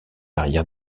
arrière